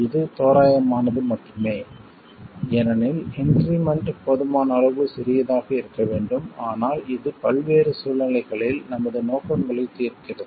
இது தோராயமானது மட்டுமே ஏனெனில் இன்க்ரிமெண்ட் போதுமான அளவு சிறியதாக இருக்க வேண்டும் ஆனால் இது பல்வேறு சூழ்நிலைகளில் நமது நோக்கங்களைத் தீர்க்கிறது